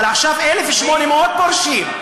אבל עכשיו 1,800 פורשים.